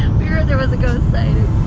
we heard there was a ghost sighting